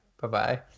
Bye-bye